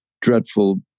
dreadful